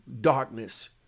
darkness